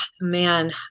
Man